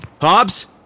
Hobbs